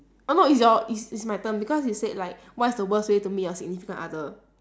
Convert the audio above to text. oh no it's your it's it's my turn because you said like what is the worst way to meet your significant other